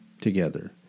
together